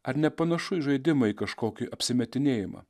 ar nepanašu į žaidimą į kažkokį apsimetinėjimą